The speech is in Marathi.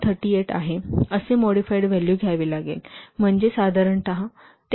38 आहे असे मॉडिफाइड व्हॅल्यू घ्यावे लागेल म्हणजे साधारणतः 10